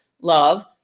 love